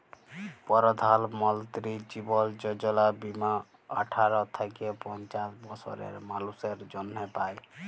পরধাল মলতিরি জীবল যজলা বীমা আঠার থ্যাইকে পঞ্চাশ বসরের মালুসের জ্যনহে পায়